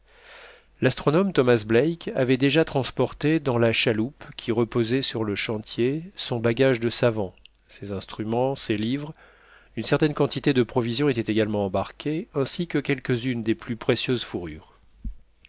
l'astronome thomas black avait déjà transporté dans la chaloupe qui reposait sur le chantier son bagage de savant ses instruments ses livres une certaine quantité de provisions était également embarquée ainsi que quelques-unes des plus précieuses fourrures